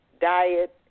diet